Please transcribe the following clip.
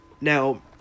Now